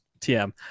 tm